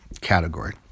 category